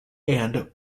and